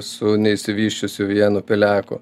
su neišsivysčiusiu vienu peleku